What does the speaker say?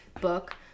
book